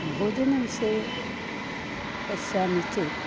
भोजनविषये पश्यामि चेत्